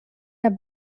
der